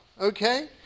Okay